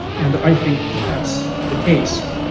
and i think that that's the case.